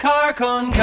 Carcon